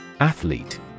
Athlete